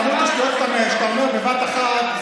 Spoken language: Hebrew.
כמות השטויות שאתה אומר בבת אחת,